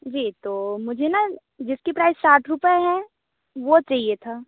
जी तो मुझे ना जिसकी प्राइस सात रुपए है वो चाहिए था